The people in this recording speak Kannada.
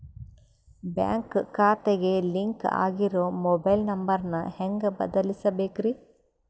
ಬ್ಯಾಂಕ್ ಖಾತೆಗೆ ಲಿಂಕ್ ಆಗಿರೋ ಮೊಬೈಲ್ ನಂಬರ್ ನ ಹೆಂಗ್ ಬದಲಿಸಬೇಕ್ರಿ?